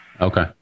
Okay